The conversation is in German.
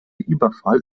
überfall